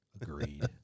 agreed